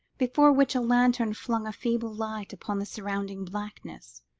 before which a lantern flung a feeble light upon the surrounding blackness.